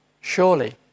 Surely